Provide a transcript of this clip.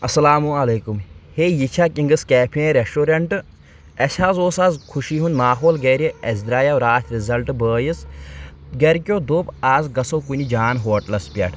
اسلام علیکم ہے یہِ چھا کنٛگٕس کیفے رٮ۪شٹوریٚنٹ اسہِ حظ اوس آز خوشی ہُنٛد ماحول گرِ اسہِ درٛایاو راتھ رِزلٹ بٲیِس گرِکٮ۪و دوٚپ آز گژھو کُنہِ جان ہوٹلس پٮ۪ٹھ